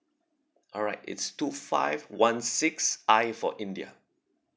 alright it's two five one six I for india